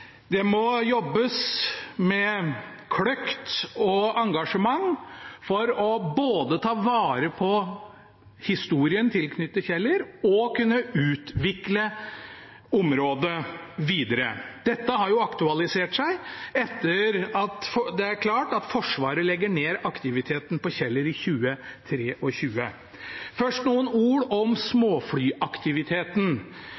det må jobbes med kløkt og engasjement for både å ta vare på historien tilknyttet Kjeller og å kunne utvikle området videre. Dette har jo aktualisert seg etter at det har blitt klart at Forsvaret legger ned aktiviteten på Kjeller i 2023. Først noen ord om